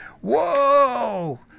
Whoa